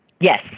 Yes